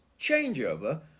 changeover